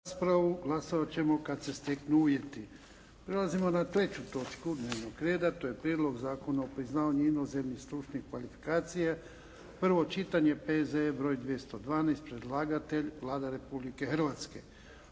**Jarnjak, Ivan (HDZ)** Prelazimo na treću točku dnevnog reda. To je - Prijedlog zakona o priznavanju inozemnih stručnih kvalifikacija, prvo čitanje, P.Z.E. br. 212 Predlagatelj Vlada Republike Hrvatske.